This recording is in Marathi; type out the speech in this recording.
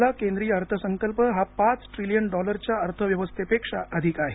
आपला केंद्रीय अर्थसंकल्प हा पाच ट्रिलियन डॉलरच्या अर्थव्यवस्थेपेक्षा अधिक आहे